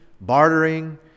bartering